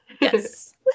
Yes